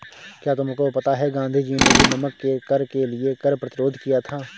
क्या तुमको पता है गांधी जी ने भी नमक के कर के लिए कर प्रतिरोध किया था